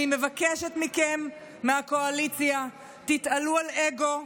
אני מבקשת מכם, מהקואליציה: תתעלו על אגו,